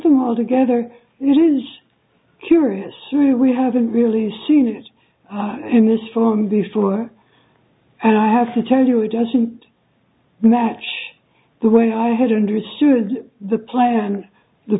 them all together it is curious true we haven't really seen it in this forum before and i have to tell you it doesn't match the way i had understood the plan the